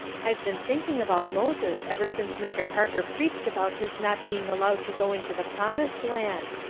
i've been thinking about moses ever since mr. parker preached about his not being allowed to go into the promised land.